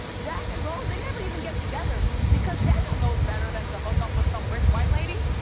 jack and rose, they never even get together because daniel knows better than to hook up with some rich white lady.